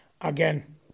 again